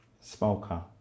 smoker